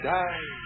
die